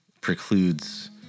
precludes